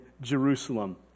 Jerusalem